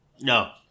No